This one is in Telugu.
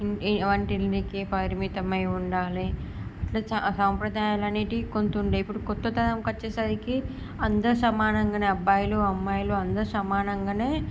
వంటింటికీ పరిమితమై ఉండాలి ఇట్లా సాంప్రదాయాలు అనేటివి కొంత ఉండేవి ఇప్పుడు కొత్త తరంకి వచ్చేసరికి అందరూ సమానంగనే అబ్బాయిలు అమ్మాయి అందరూ సమానంగానే